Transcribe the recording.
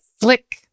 flick